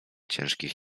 ciężkich